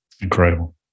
Incredible